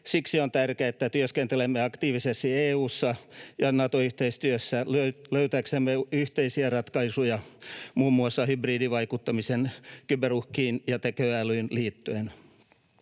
Siksi on tärkeää, että työskentelemme aktiivisesti EU:ssa ja Nato-yhteistyössä löytääksemme yhteisiä ratkaisuja muun muassa hybridivaikuttamiseen, kyberuhkiin ja tekoälyyn liittyen.